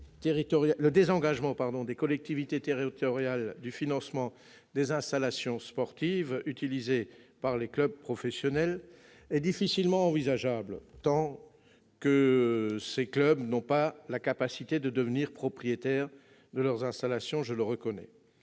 Le désengagement des collectivités territoriales du financement des installations sportives utilisées par les clubs professionnels est difficilement envisageable tant que ces clubs n'ont pas la capacité de devenir propriétaires de leurs installations, je le reconnais.